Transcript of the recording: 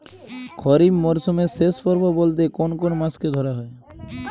খরিপ মরসুমের শেষ পর্ব বলতে কোন কোন মাস কে ধরা হয়?